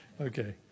okay